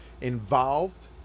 involved